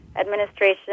administration